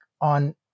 on